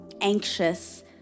anxious